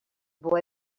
boy